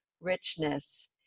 richness